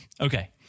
Okay